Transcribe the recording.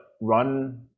run